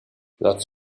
lots